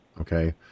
okay